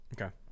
Okay